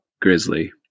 grizzly